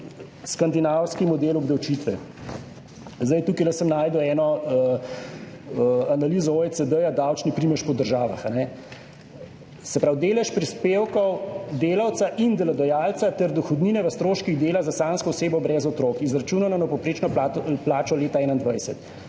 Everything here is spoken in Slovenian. skandinavski model obdavčitve. Zdaj tukaj sem našel eno analizo OECD, davčni primež po državah, a ne, se pravi, delež prispevkov delavca in delodajalca ter dohodnine v stroških dela za samsko osebo brez otrok, izračunano na povprečno plačo leta 2021.